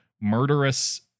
murderous